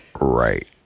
Right